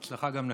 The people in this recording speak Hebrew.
בהצלחה גם לך.